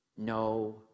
No